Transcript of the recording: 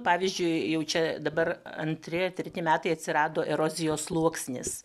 pavyzdžiui jau čia dabar antri ar treti metai atsirado erozijos sluoksnis